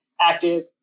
active